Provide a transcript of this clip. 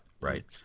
Right